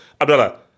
Abdullah